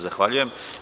Zahvaljujem.